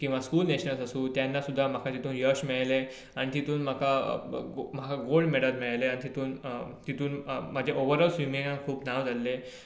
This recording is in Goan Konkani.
नेशनल्स आसूं तेन्ना सुद्दां म्हाका तातूंत यश मेळेंलें आनी तितून म्हाका म्हाका गोल्ड मेडल मेयळेलें तितून तितून म्हाजें ओवरऑल स्विमींगान खूब नांव जाल्लें